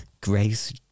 grace